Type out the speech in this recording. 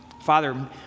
Father